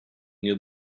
near